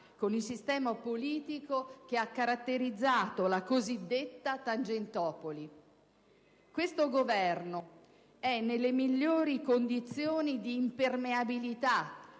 con il sistema politico che ha caratterizzato la cosiddetta Tangentopoli. Questo Governo è nelle migliori condizioni di impermeabilità